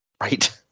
Right